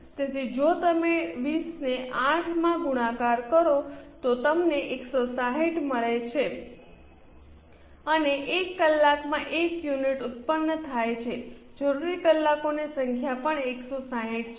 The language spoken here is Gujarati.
તેથી જો તમે 20 ને 8 માં ગુણાકાર કરો તો તમને 160 મળે છે અને 1 કલાકમાં 1 યુનિટ ઉત્પન્ન થાય છે જરૂરી કલાકોની સંખ્યા પણ 160 છે